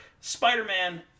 Spider-Man